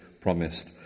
promised